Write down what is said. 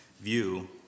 view